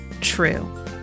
true